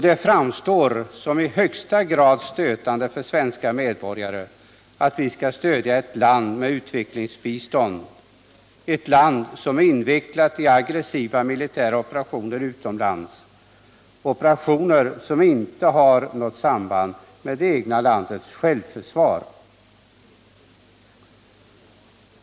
Det framstår som i högsta grad stötande för svenska medborgare att vi med u-landsbistånd skall stödja ett land som är invecklat i aggressiva militära operationer utomlands, operationer som inte har något samband med det egna landets självförsvar.